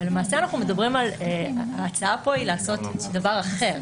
למעשה ההצעה כאן היא לעשות דבר אחר,